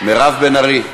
מירב בן ארי.